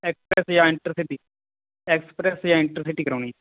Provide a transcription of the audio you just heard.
express ਜਾਂ intercity express ਜਾਂ intercity ਦੀ ਕਰਾਉਣੀ